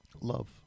Love